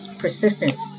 Persistence